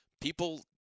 people